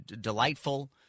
delightful